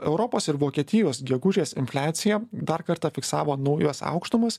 europos ir vokietijos gegužės infliacija dar kartą fiksavo naujas aukštumas